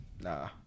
Nah